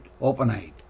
open-eyed